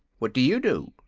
what do you do?